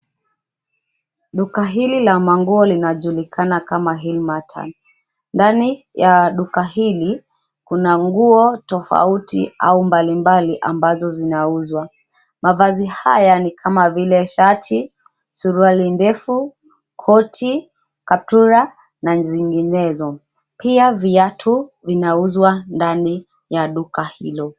Duka hili la manguo linajulikana kama Hillmarten. Ndani ya duka hili kuna nguo tofauti au mbali mbali ambazo zinauzwa. Mavazi haya ni kama vile shati, suruali ndefu, koti, kaptura na zinginezo. Pia viatu vinauzwa ndani ya duka hilo.